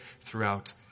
throughout